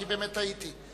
כי באמת הייתי,